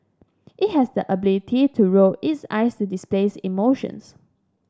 it has the ability to roll its eyes to displays emotions